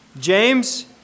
James